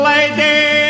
Lady